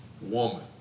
woman